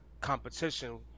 competition